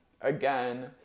again